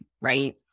right